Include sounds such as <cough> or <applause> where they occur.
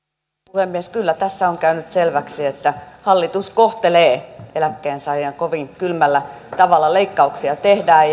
puhemies kyllä tässä on käynyt selväksi että hallitus kohtelee eläkkeensaajia kovin kylmällä tavalla leikkauksia tehdään <unintelligible>